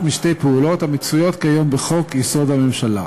משתי פעולות המצויות כיום בחוק-יסוד: הממשלה,